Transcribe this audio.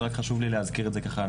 ורק חשוב לי להזכיר את זה לפרוטוקול.